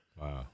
Wow